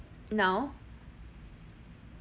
now